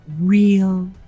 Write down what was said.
real